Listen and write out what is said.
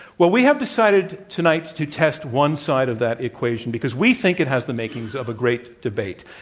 well, we have decided tonight to test one side of that equation because we think it has the makings of a great debate.